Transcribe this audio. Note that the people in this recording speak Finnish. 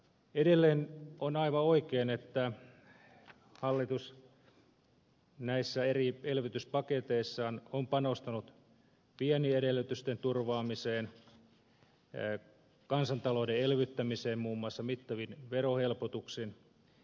edelleen on aivan oikein että hallitus näissä eri elvytyspaketeissaan on panostanut viennin edellytysten turvaamiseen kansantalouden elvyttämiseen muun muassa mittavin verohelpotuksin